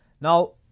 Now